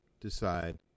decide